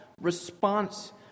response